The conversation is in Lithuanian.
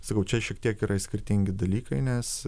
sakau čia šiek tiek yra skirtingi dalykai nes